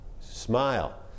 Smile